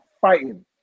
fighting